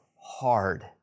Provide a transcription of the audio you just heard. hard